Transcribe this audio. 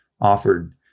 offered